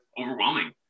overwhelming